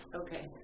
Okay